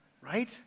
right